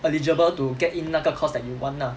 eligible to get in 那个 course that you want ah